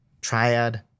triad